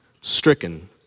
stricken